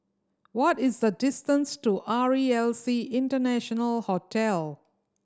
what is the distance to R E L C International Hotel